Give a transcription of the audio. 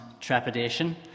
trepidation